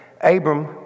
Abram